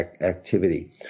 activity